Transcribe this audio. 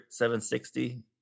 760